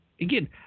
again